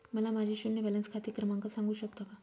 मला माझे शून्य बॅलन्स खाते क्रमांक सांगू शकता का?